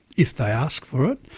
if they ask for it.